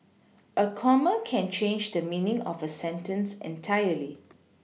a comma can change the meaning of a sentence entirely